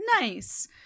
Nice